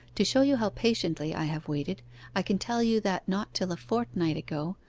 to show you how patiently i have waited i can tell you that not till a fortnight ago,